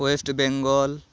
west Bengal